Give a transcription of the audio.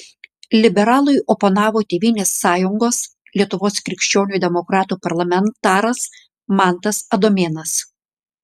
liberalui oponavo tėvynės sąjungos lietuvos krikščionių demokratų parlamentaras mantas adomėnas